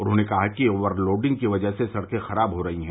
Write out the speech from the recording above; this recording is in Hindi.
उन्होंने कहा कि ओवर लोडिंग की वजह से सड़कें खराब हो रही है